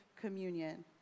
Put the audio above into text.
communion